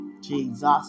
Jesus